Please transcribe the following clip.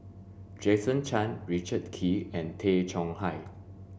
Jason Chan Richard Kee and Tay Chong Hai